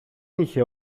είχε